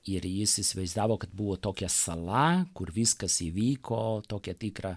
ir jis įsivaizdavo kad buvo tokia sala kur viskas įvyko tokia tikra